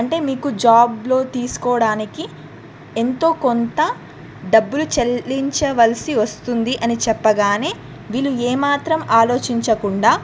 అంటే మీకు జాబ్లో తీసుకోవడానికి ఎంతో కొంత డబ్బులు చెల్లించవలసి వస్తుంది అని చెప్పగానే వీళ్ళు ఏమా త్రం ఆలోచించకుండా